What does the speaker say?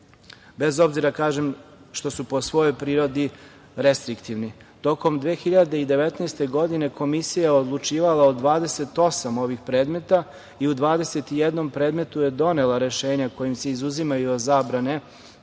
bez obzira, kažem, što su po svojoj prirodi restriktivni. Tokom 2019. godine Komisija je odlučivala o 28 ovih predmeta i u 21. predmetu je donela rešenja kojim se izuzimaju od zabrane